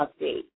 update